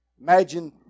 Imagine